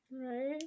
Right